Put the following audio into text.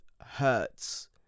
hurts